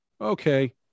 Okay